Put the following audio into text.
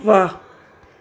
वाह